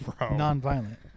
non-violent